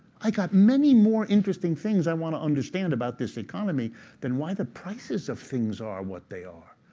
i got many more interesting things i want to understand about this economy than why the prices of things are what they are.